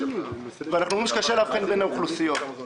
אנחנו אומרים שקשה לאבחן בין האוכלוסיות.